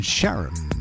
Sharon